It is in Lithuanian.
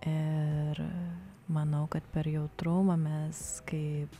ir manau kad per jautrumą mes kaip